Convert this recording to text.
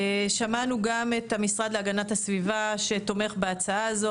שמענו גם את המשרד להגנת הסביבה, שתומך בהצעה הזו.